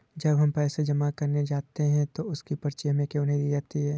जब हम पैसे जमा करने जाते हैं तो उसकी पर्ची हमें क्यो नहीं दी जाती है?